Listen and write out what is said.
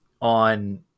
on